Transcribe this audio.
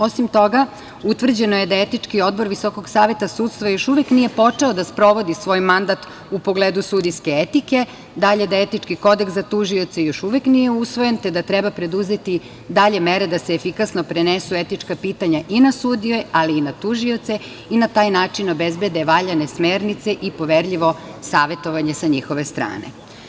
Osim toga, utvrđeno je da Etički odbor Visokog saveta sudstva još uvek nije počeo da sprovodi svoj mandat u pogledu sudijske etike, da etički kodeks za tužioce još uvek nije usvojen, te da treba preduzeti dalje mere da se efikasno prenesu etička pitanja i na sudije, ali i na tužioce i na taj način obezbede valjane smernice i poverljivo savetovanje sa njihove strane.